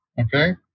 Okay